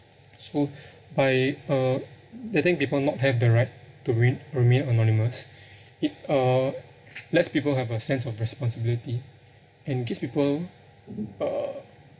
so by uh letting people not have the right to remain remain anonymous it uh lets people have a sense of responsibility and gives people uh